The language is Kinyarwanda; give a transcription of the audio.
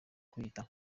kwiyita